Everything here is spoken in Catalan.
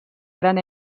gran